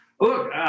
Look